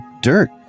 dirt